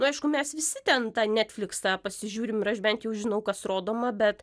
nu aišku mes visi ten tą netfliksą pasižiūrim ir aš bent jau žinau kas rodoma bet